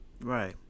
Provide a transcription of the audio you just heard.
Right